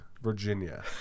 Virginia